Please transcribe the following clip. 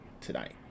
tonight